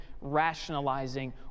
rationalizing